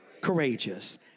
courageous